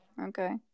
okay